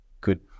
good